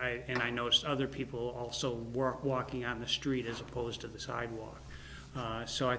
i and i know it's other people also work walking on the street as opposed to the sidewalk so i